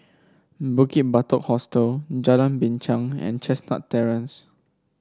Bukit Batok Hostel Jalan Binchang and Chestnut Terrace